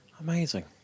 Amazing